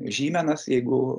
žymenas jeigu